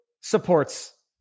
supports